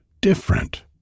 different